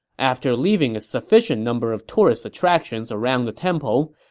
after leaving a sufficient number of tourist attractions around the temple,